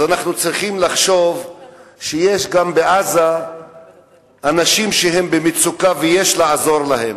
אז אנחנו צריכים לחשוב שיש גם בעזה אנשים שהם במצוקה ויש לעזור להם.